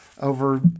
over